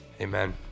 Amen